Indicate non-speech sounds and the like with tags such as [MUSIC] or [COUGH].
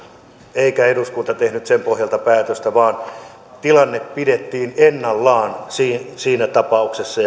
eikä eduskunta tehnyt sen pohjalta päätöstä vaan tilanne pidettiin ennallaan siinä tapauksessa [UNINTELLIGIBLE]